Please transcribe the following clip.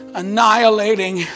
annihilating